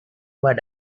word